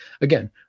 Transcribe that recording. Again